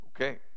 Okay